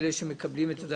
מקבלים.